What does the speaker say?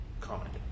comment